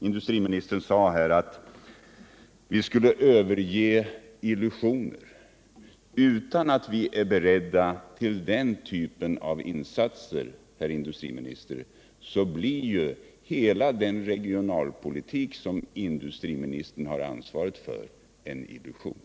Industriministern sade att vi inte skulle ägna oss åt illusioner. Om vi inte är beredda till den typ av insatser som jag här berört, herr industriminister, blir hela den regionalpolitik som industriministern har ansvaret för en illusion.